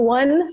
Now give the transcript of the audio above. one